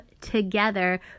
together